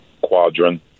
quadrant